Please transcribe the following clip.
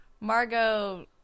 Margot